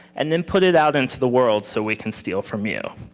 and then put it out into the world, so we can steal from you.